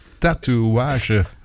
tattooage